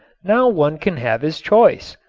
now one can have his choice,